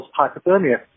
hypothermia